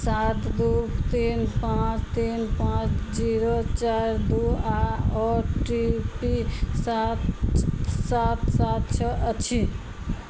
सात दू तीन पॉँच तीन पाँच जीरो चाइर दू आ ओ टी पी सात सात सात छओ अछी